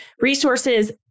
resources